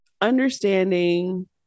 understanding